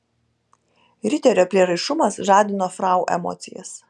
riterio prieraišumas žadino frau emocijas